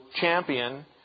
champion